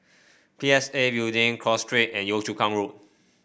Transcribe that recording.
P S A Building Cross Street and Yio Chu Kang Road